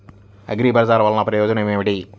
అగ్రిబజార్ వల్లన ప్రయోజనం ఏమిటీ?